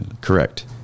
correct